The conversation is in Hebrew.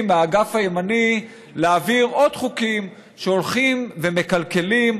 מהאגף הימני להעביר עוד חוקים שהולכים ומקלקלים,